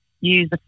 use